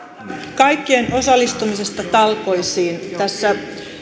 kaikkien osallistumista talkoisiin tässä